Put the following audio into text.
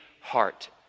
heart